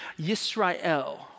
Yisrael